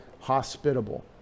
hospitable